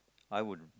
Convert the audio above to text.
I would